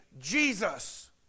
Jesus